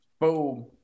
Boom